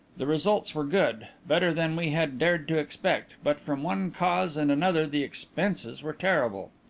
the results were good, better than we had dared to expect, but from one cause and another the expenses were terrible.